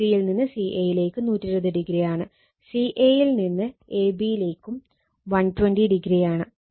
bc യിൽ നിന്ന് ca യിലേക്ക് 120o ആണ് ca യിൽ നിന്ന് ab യിലേക്കും 120o ആണ്